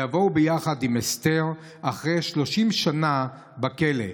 ויבוא הוא ביחד עם אסתר אחרי 30 שנה בכלא.